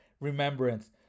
remembrance